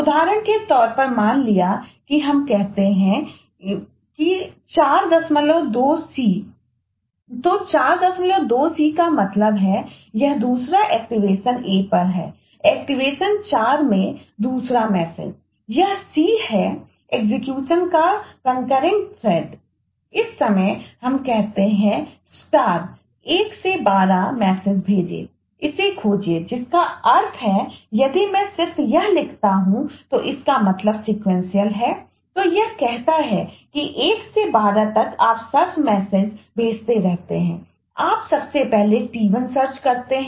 उदाहरण के तौर पर मान लिया कि हम कहते हैं 42c तो 42c का मतलब है यह दूसरा एक्टिवेशन करते हैं